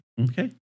okay